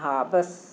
हा बसि